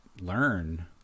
learn